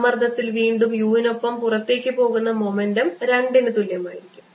സമ്മർദ്ദത്തിൽ വീണ്ടും u നൊപ്പം പുറത്തേക്ക് പോകുന്ന മൊമെൻ്റം രണ്ടിന് തുല്യമായിരിക്കും